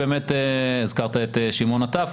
הזכרת את שמעון נטף,